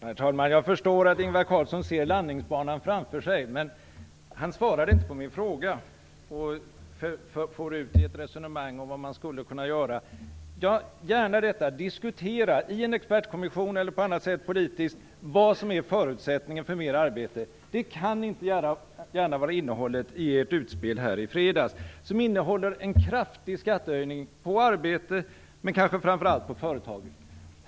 Herr talman! Jag förstår att Ingvar Carlsson ser landningsbanan framför sig, men han svarade inte på min fråga utan for ut i ett resonemang om vad man skulle kunna göra. Ja, gärna diskussioner i en expertkommission eller på annat sätt politiskt om vad som är förutsättningen för mera arbete. Men det kan inte gärna vara innehållet i ert utspel i fredags. Det innehåller ju en kraftig skattehöjning vad gäller arbete, men kanske framför allt vad gäller företagen.